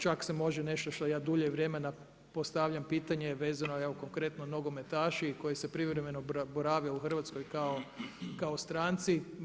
Čak se može nešto što ja dulje vremena postavljam pitanje vezano evo konkretno nogometaši koji privremeno borave u Hrvatskoj kao stranci.